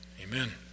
amen